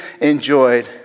enjoyed